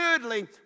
thirdly